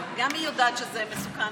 גם היא יודעת שזה מסוכן.